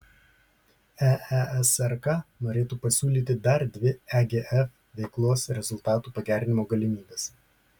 eesrk norėtų pasiūlyti dar dvi egf veiklos rezultatų pagerinimo galimybes